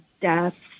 deaths